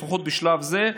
לפחות בשלב זה.